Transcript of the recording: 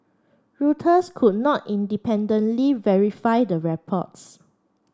Reuters could not independently verify the reports